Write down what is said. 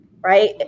right